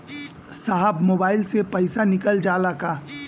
साहब मोबाइल से पैसा निकल जाला का?